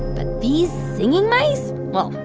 but these singing mice well,